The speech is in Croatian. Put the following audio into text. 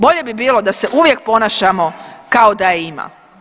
Bolje bi bilo da se uvijek ponašamo kao da je ima.